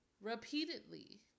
repeatedly